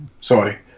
Sorry